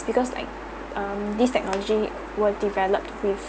because like um this technology were developed to